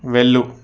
వెళ్ళు